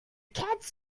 cats